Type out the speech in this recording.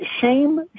shame